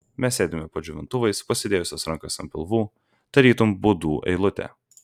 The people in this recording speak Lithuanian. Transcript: mes sėdime po džiovintuvais pasidėjusios rankas ant pilvų tarytum budų eilutė